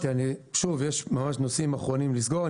שוב, יש ממש נושאים אחרונים לסגור.